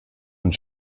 und